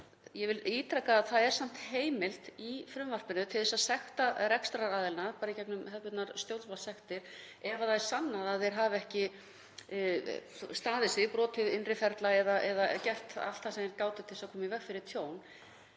Ég vil ítreka að það er samt heimild í frumvarpinu til að sekta rekstraraðila, bara í gegnum hefðbundnar stjórnvaldssektir, ef það er sannað að þeir hafi ekki staðið sig, brotið innri ferla eða ekki gert allt sem þeir gátu til að koma í veg fyrir tjón.